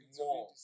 more